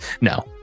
No